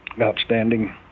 outstanding